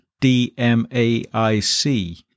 D-M-A-I-C